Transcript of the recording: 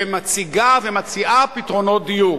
מציגה ומציעה פתרונות דיור.